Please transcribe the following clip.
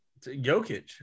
Jokic